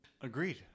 Agreed